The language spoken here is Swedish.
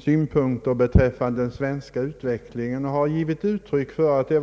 synpunkter beträffande utvecklingen i vårt land och den förda politiken.